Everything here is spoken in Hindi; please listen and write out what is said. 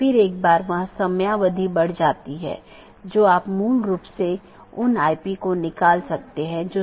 जैसा कि हमने देखा कि रीचैबिलिटी informations मुख्य रूप से रूटिंग जानकारी है